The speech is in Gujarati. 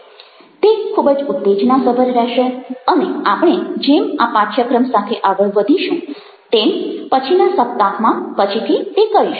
તે ખૂબ જ ઉત્તેજનાસભર રહેશે અને આપણે જેમ આ પાઠ્યક્રમ સાથે આગળ વધીશું તેમ પછીના સપ્તાહમાં પછીથી તે કરીશું